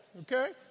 okay